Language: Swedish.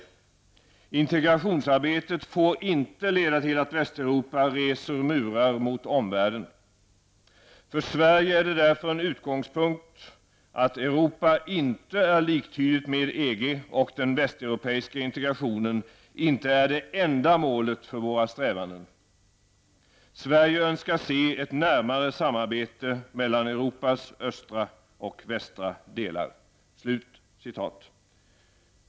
Integrationsarbetet får inte leda till att Västeuropa reser murar mot omvärlden. För Sverige är det därför en utgångspunkt att Europa inte är liktydigt med EG och den västeuropeiska integrationen inte är det enda målet för våra strävanden. Sverige önskar se ett närmare samarbete mellan Europas östra och västra delar.''